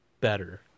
better